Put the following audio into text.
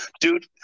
dude